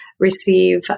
receive